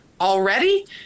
already